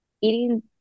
eating